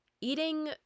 Eating